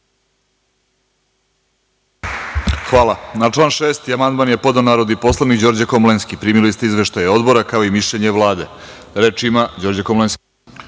Hvala. Na član 6. amandman je podneo narodni poslanik Đorđe Komlenski. Primili ste izveštaj Odbora, kao i mišljenje Vlade. Reč ima Đorđe Komlenski.